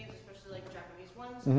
like japanese ones,